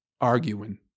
arguing